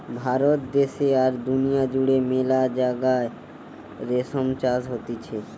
ভারত দ্যাশে আর দুনিয়া জুড়ে মেলা জাগায় রেশম চাষ হতিছে